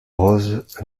rose